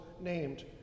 named